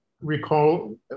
recall